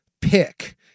pick